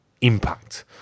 impact